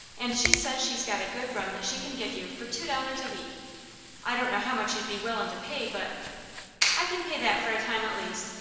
and she says she's got a good room that she can give you for two dollars a week i don't know how much you'd be willing to pay, but i can pay that for a time at least.